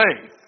faith